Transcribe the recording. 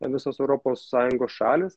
visos europos sąjungos šalys